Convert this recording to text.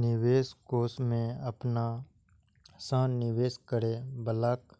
निवेश कोष मे अपना सं निवेश करै बलाक